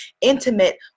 intimate